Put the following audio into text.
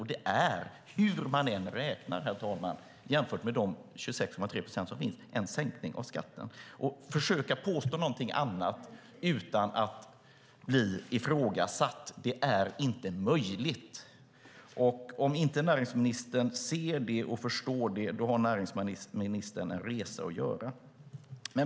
Hur man än räknar, herr talman, är det en sänkning av skatten jämfört med 26,3 procent. Att försöka påstå någonting annat utan att bli ifrågasatt är inte möjligt. Om näringsministern inte ser det och inte förstår det har hon en resa att göra.